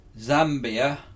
Zambia